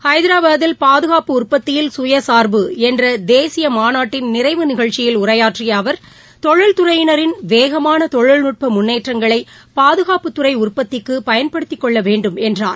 ஐதராபாதில் பாதுகாப்பு உற்பத்தியில் சுய சார்பு என்ற தேசிய மாநாட்டின் நிறைவு நிகழ்ச்சியில் உரையாற்றிய அவர் தொழில் துறையினரின் வேகமான தொழில்நுட்ப முன்னேற்றங்களை பாதுகாப்புத்துறை உற்பத்திக்கு பயன்படுத்திக்கொள்ளவேண்டும் என்றார்